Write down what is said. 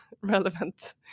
relevant